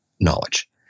knowledge